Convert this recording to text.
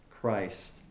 Christ